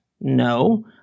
No